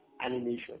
animation